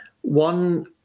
one